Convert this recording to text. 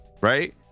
right